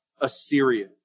Assyria